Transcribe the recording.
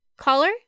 Caller